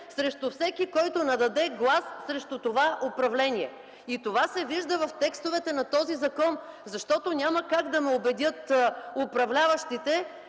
срещу всеки, който нададе глас срещу това управление. Това се вижда в текстовете на този закон. Няма как управляващите